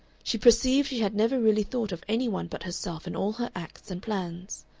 she perceived she had never really thought of any one but herself in all her acts and plans.